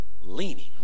leaning